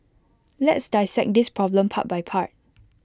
let's dissect this problem part by part